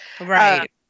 Right